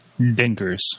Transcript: Dinkers